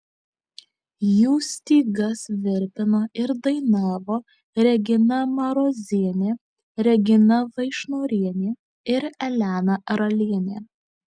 jų stygas virpino ir dainavo regina marozienė regina vaišnorienė ir elena ralienė